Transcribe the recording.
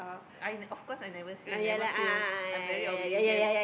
I of course I never see never feel I'm very oblivious